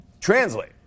translate